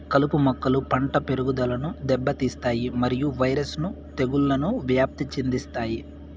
కలుపు మొక్కలు పంట పెరుగుదలను దెబ్బతీస్తాయి మరియు వైరస్ ను తెగుళ్లను వ్యాప్తి చెందిస్తాయి